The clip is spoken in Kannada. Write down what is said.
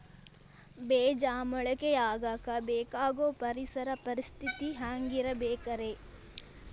ಬೇಜ ಮೊಳಕೆಯಾಗಕ ಬೇಕಾಗೋ ಪರಿಸರ ಪರಿಸ್ಥಿತಿ ಹ್ಯಾಂಗಿರಬೇಕರೇ?